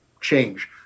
change